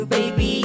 Baby